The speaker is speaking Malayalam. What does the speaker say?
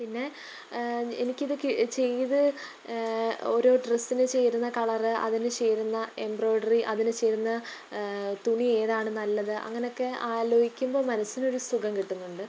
പിന്നെ എനിക്ക് ഇത് ചെയ്തു ഓരോ ഡ്രെസ്സിന് ചേരുന്ന കളറ് അതിന് ചേരുന്ന എംബ്രോഡറി അതിന് ചേരുന്ന തുണി ഏതാണ് നല്ലത് അങ്ങനെ ഒക്കെ ആലോചിക്കുംമ്പം മനസ്സിനൊരു സുഖം കിട്ടുന്നുണ്ട്